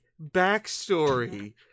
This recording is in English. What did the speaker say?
backstory